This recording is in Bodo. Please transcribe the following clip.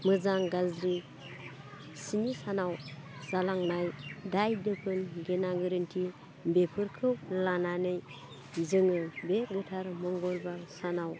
मोजां गाज्रि स्नि सानाव जालांनाय दाय दोफोन गेन गोरोन्थि बेफोरखौ लानानै जोङो बे गोथार मंगलबार सानाव